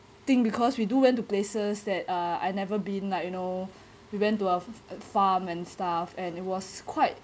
thing because we do went to places that uh I'd never been like you know we went to a a farm and stuff and it was quite